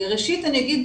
ראשית אני אגיד,